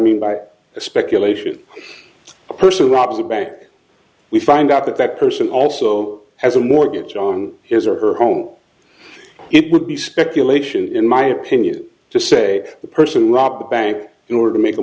mean by speculation a person robs a bank we find out that that person also has a mortgage on his or her home it would be speculation in my opinion to say the person who rob a bank in order to make a